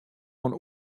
oan